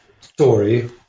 story